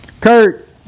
Kurt